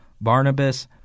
Barnabas